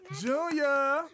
Junior